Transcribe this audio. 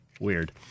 Weird